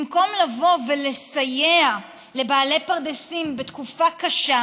במקום לבוא ולסייע לבעלי פרדסים בתקופה קשה,